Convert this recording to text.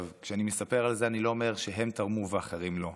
כשאני מספר על זה אני לא אומר שהם תרמו ואחרים לא,